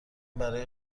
برای